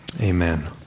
Amen